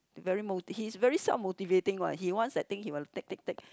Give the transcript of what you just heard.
very moti~ he's very self motivating one he wants that thing he will take take take